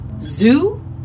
Zoo